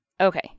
Okay